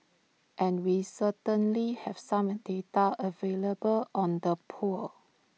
and we certainly have some data available on the poor